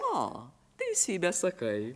o teisybę sakai